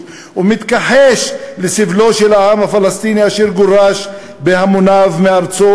ומתכחש לסבלו של העם הפלסטיני אשר גורש בהמוניו מארצו